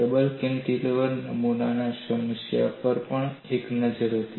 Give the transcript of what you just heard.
double cantilever નમૂનાના સમસ્યા પર પણ આ એક નજર હતી